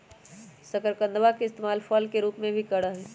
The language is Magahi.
शकरकंदवा के इस्तेमाल फल के रूप में भी करा हई